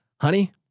honey